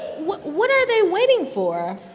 what what are they waiting for?